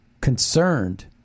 concerned